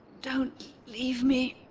don't, leave me,